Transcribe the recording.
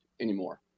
anymore